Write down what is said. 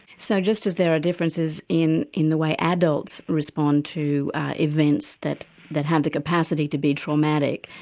so just as there are differences in in the way adults respond to events that that have the capacity to be traumatic,